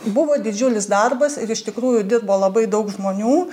buvo didžiulis darbas ir iš tikrųjų dirbo labai daug žmonių